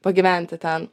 pagyventi ten